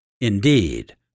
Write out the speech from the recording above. Indeed